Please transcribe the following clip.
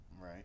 Right